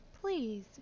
Please